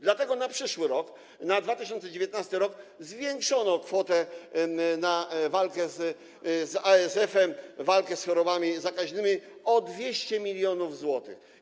Dlatego na przyszły rok, 2019 r. zwiększono kwotę na walkę z ASF-em, na walkę z chorobami zakaźnymi o 200 mln zł.